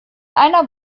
einer